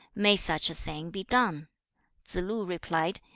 may such a thing be done tsze-lu replied,